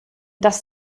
das